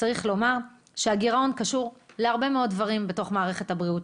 צריך לומר שהגירעון קשור להרבה מאוד דברים בתוך מערכת הבריאות.